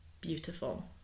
beautiful